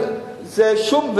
זה כי אין להם בתי-ספר, הרב ליצמן.